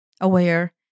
aware